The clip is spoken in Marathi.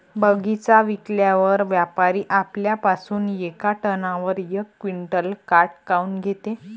बगीचा विकल्यावर व्यापारी आपल्या पासुन येका टनावर यक क्विंटल काट काऊन घेते?